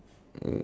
uh